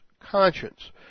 conscience